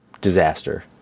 disaster